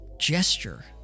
gesture